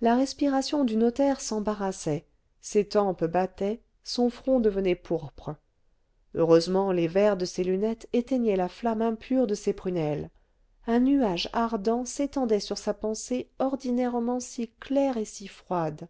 la respiration du notaire s'embarrassait ses tempes battaient son front devenait pourpre heureusement les verres de ses lunettes éteignaient la flamme impure de ses prunelles un nuage ardent s'étendait sur sa pensée ordinairement si claire et si froide